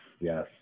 yes